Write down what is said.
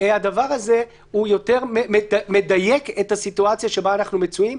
הדבר הזה יותר מדייק את הסיטואציה שבה אנחנו מצויים,